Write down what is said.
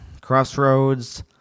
crossroads